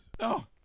No